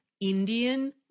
Indian